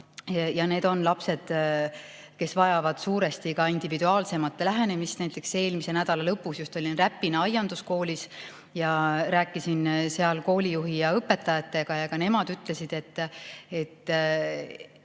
ja need on lapsed, kes vajavad suuresti individuaalsemat lähenemist. Eelmise nädala lõpus olin Räpina Aianduskoolis ja rääkisin seal koolijuhi ja õpetajatega. Ka nemad ütlesid, et